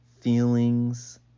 feelings